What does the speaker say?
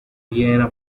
vienna